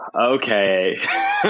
Okay